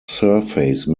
surface